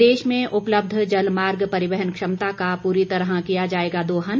प्रदेश में उपलब्ध जलमार्ग परिवहन क्षमता का पूरी तरह किया जाएगा दोहन